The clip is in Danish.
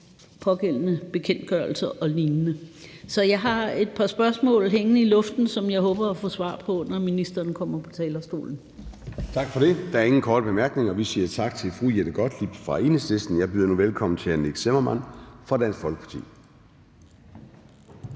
pågældende bekendtgørelser og lignende? Så jeg har et par spørgsmål hængende i luften, som jeg håber at få svar på, når ministeren kommer på talerstolen. Kl. 14:15 Formanden (Søren Gade): Tak for det. Der er ingen korte bemærkninger. Vi siger tak til fru Jette Gottlieb fra Enhedslisten. Jeg byder nu velkommen til hr. Nick Zimmermann fra Dansk Folkeparti.